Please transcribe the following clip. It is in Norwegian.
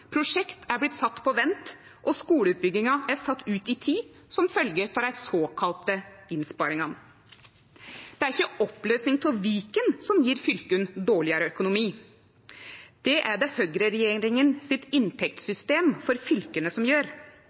prosjekt er blitt sette på vent, og skuleutbygginga er sett ut i tid som følgje av dei såkalla innsparingane. Det er ikkje oppløysing av Viken som gjev fylka dårlegare økonomi. Det er det høgreregjeringa sitt inntektssystem for fylka som gjer.